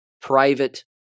private